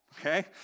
Okay